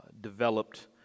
developed